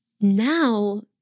Now